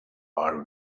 are